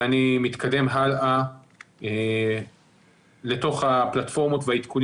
ואני מתקדם הלאה לתוך הפלטפורמות והעדכונים